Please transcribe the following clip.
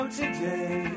today